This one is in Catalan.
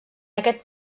aquest